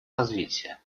развития